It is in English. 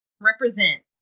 represent